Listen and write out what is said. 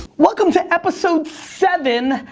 welcome to episode seven.